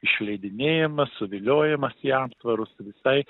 išleidinėjama suvyniojamas į aptvarus visai